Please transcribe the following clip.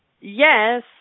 Yes